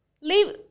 leave